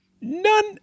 none